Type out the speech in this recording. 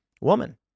woman